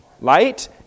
light